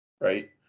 right